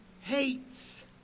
hates